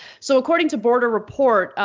so according to border report,